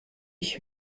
ich